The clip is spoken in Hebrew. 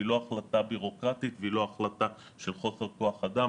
היא לא החלטה בירוקרטית והיא לא החלטה של חוסר כוח אדם,